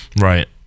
Right